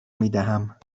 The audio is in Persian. میدهم